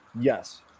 Yes